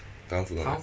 taiwan food ah